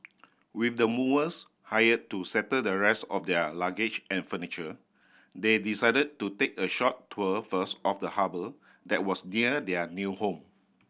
with the movers hire to settle the rest of their luggage and furniture they decided to take a short tour first of the harbour that was near their new home